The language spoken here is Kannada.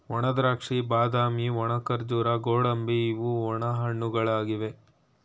ಒಣದ್ರಾಕ್ಷಿ, ಬಾದಾಮಿ, ಒಣ ಖರ್ಜೂರ, ಗೋಡಂಬಿ ಇವು ಒಣ ಹಣ್ಣುಗಳಾಗಿವೆ